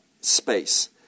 space